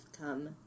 come